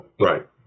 right